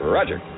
Roger